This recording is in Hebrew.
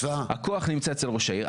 הכוח נמצא אצל ראש העיר,